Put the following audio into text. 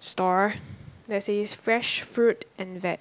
store that says fresh fruit and veg